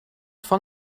van